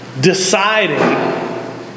deciding